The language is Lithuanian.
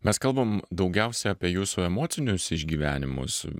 mes kalbam daugiausia apie jūsų emocinius išgyvenimus